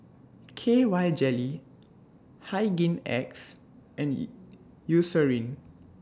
K Y Jelly Hygin X and E Eucerin